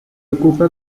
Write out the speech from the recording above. ocupa